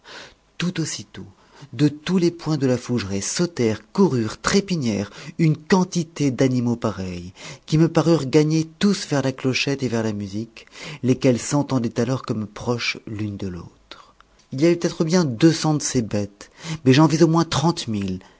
tout aussitôt de tous les points de la fougeraie sautèrent coururent trépignèrent une quantité d'animaux pareils qui me parurent gagner tous vers la clochette et vers la musique lesquelles s'entendaient alors comme proches l'une de l'autre il y avait peut-être bien deux cents de ces bêtes mais j'en vis au moins